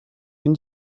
این